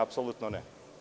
Apsolutno ne.